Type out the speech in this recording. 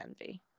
envy